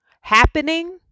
happening